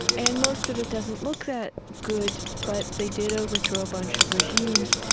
and most of it doesn't look that good, but they did overthrow a bunch of regimes.